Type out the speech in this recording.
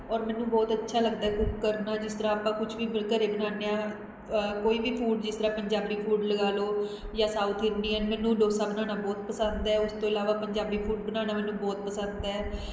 ਔਰ ਮੈਨੂੰ ਬਹੁਤ ਅੱਛਾ ਲੱਗਦਾ ਕੁੱਕ ਕਰਨਾ ਜਿਸ ਤਰ੍ਹਾਂ ਆਪਾਂ ਕੁਛ ਵੀ ਬ ਘਰੇ ਬਣਾਉਦੇ ਹਾਂ ਕੋਈ ਵੀ ਫੂਡ ਜਿਸ ਤਰ੍ਹਾਂ ਪੰਜਾਬੀ ਫੂਡ ਲਗਾ ਲਉ ਜਾਂ ਸਾਊਥ ਇੰਡੀਅਨ ਮੈਨੂੰ ਡੋਸਾ ਬਣਾਉਣਾ ਬਹੁਤ ਪਸੰਦ ਹੈ ਉਸ ਤੋਂ ਇਲਾਵਾ ਪੰਜਾਬੀ ਫੂਡ ਬਣਾਉਣਾ ਮੈਨੂੰ ਬਹੁਤ ਪਸੰਦ ਹੈ